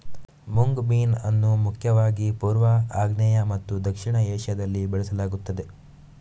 mung bean ಅನ್ನು ಮುಖ್ಯವಾಗಿ ಪೂರ್ವ, ಆಗ್ನೇಯ ಮತ್ತು ದಕ್ಷಿಣ ಏಷ್ಯಾದಲ್ಲಿ ಬೆಳೆಸಲಾಗುತ್ತದೆ